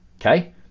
okay